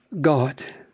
God